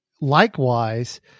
likewise